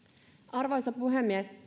arvoisa puhemies